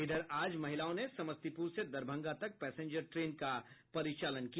इधर आज महिलाओं ने समस्तीपुर से दरभंगा तक पैसेंजर ट्रेन का परिचालन किया